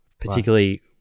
particularly